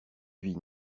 vie